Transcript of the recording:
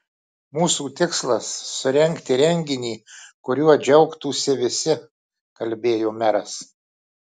mūsų tikslas surengti renginį kuriuo džiaugtųsi visi kalbėjo meras